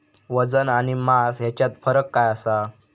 वजन आणि मास हेच्यात फरक काय आसा?